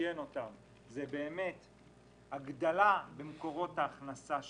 שמאפיין אותן זה הגדלה במקורות ההכנסה שלהן.